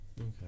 Okay